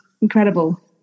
incredible